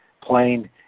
plain